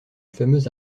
fameux